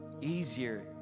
Easier